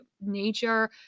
nature